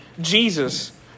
Jesus